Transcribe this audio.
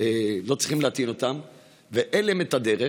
ואין להם את הדרך.